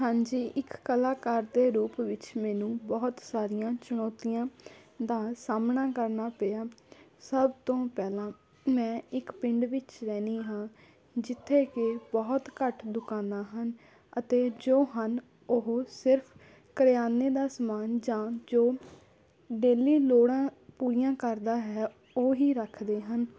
ਹਾਂਜੀ ਇੱਕ ਕਲਾਕਾਰ ਦੇ ਰੂਪ ਵਿੱਚ ਮੈਨੂੰ ਬਹੁਤ ਸਾਰੀਆਂ ਚੁਣੌਤੀਆਂ ਦਾ ਸਾਹਮਣਾ ਕਰਨਾ ਪਿਆ ਸਭ ਤੋਂ ਪਹਿਲਾਂ ਮੈਂ ਇੱਕ ਪਿੰਡ ਵਿੱਚ ਰਹਿੰਦੀ ਹਾਂ ਜਿੱਥੇ ਕਿ ਬਹੁਤ ਘੱਟ ਦੁਕਾਨਾਂ ਹਨ ਅਤੇ ਜੋ ਹਨ ਉਹ ਸਿਰਫ ਕਰਿਆਨੇ ਦਾ ਸਮਾਨ ਜਾਂ ਜੋ ਡੇਲੀ ਲੋੜਾਂ ਪੂਰੀਆਂ ਕਰਦਾ ਹੈ ਉਹੀ ਰੱਖਦੇ ਹਨ